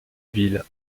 ville